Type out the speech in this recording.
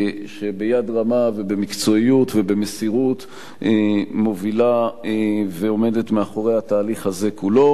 שביד רמה ובמקצועיות ובמסירות מובילה ועומדת מאחורי התהליך הזה כולו.